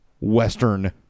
western